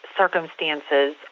circumstances